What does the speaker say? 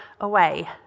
away